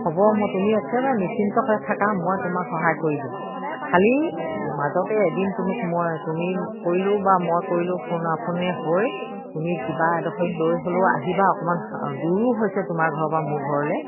হ'ব মই তুমি একেবাৰে নিশ্চিন্তকে থাকা মই তোমাক সহায় কৰি দিম খালি মাজতে এদিন তুমি মই তুমি কৰিলেও বা মই কৰিলোঁ ফোন আপোনে হৈ তুমি কিবা এডখৰি লৈ হ'লেও আহিবা অকমান দূৰো হৈছে তোমাৰ ঘৰৰ পৰা মোৰ ঘৰলে